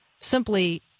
simply